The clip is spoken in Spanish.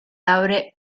abre